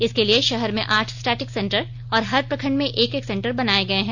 इसके लिए शहर में आठ स्टैटिक सेंटर और हर प्रखंड में एक एक सेंटर बनाये गए हैं